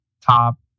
top